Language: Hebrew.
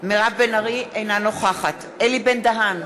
אינה נוכחת אלי בן-דהן,